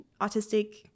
autistic